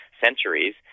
centuries